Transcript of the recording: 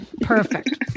perfect